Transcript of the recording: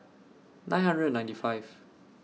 nine hundred ninety five